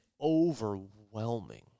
overwhelming